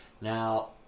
Now